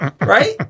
Right